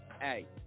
Hey